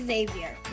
Xavier